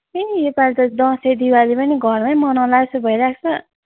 ए यो पाली त दसैँ दिवाली पनि घरमा मनाउँला जस्तो भइरहेको छ